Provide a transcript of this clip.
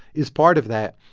is part of that.